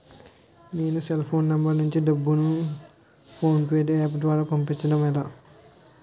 నేను cell phone number నుంచి డబ్బును ను ఫోన్పే అప్ ద్వారా పంపించడం ఎలా?